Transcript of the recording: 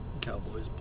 Cowboys